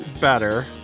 better